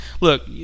look